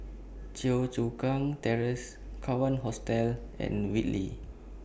Yio Chu Kang Terrace Kawan Hostel and Whitley